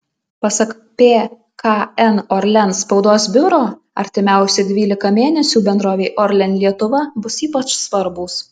pasak pkn orlen spaudos biuro artimiausi dvylika mėnesių bendrovei orlen lietuva bus ypač svarbūs